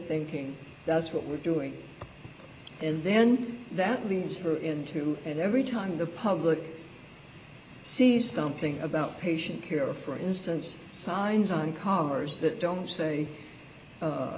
thinking that's what we're doing and then that leads her into and every time the public see something about patient care for instance signs on cars that don't say